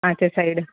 ಆಚೆ ಸೈಡ್